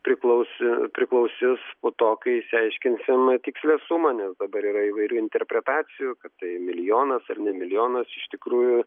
priklaus priklausys po to kai išsiaiškinsim tikslią sumą nes dabar yra įvairių interpretacijų kad tai milijonas ar ne milijonas iš tikrųjų